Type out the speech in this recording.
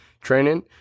training